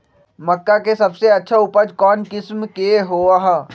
मक्का के सबसे अच्छा उपज कौन किस्म के होअ ह?